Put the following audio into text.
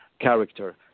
character